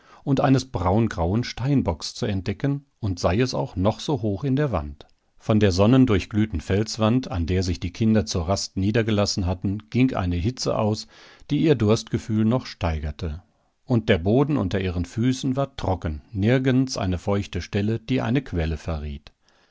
und eines braungrauen steinbocks zu entdecken und sei es auch noch so hoch in der wand von der sonndurchglühten felswand an der sich die kinder zur rast niedergelassen hatten ging eine hitze aus die ihr durstgefühl noch steigerte und der boden unter ihren füßen war trocken nirgends eine feuchte stelle die eine quelle verriet